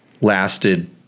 lasted